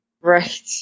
Right